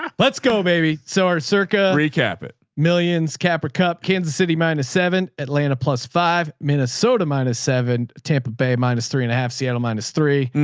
um let's go baby. so our circuit recap it millions capra cup, kansas city minus seven atlanta plus five, minnesota minus seven, tampa bay minus three and a half seattle minus three.